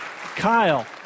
Kyle